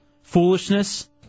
foolishness